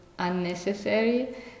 unnecessary